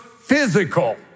physical